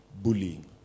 Bullying